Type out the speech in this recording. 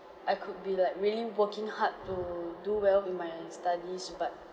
I could be like really working hard to do well in my studies but